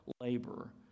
labor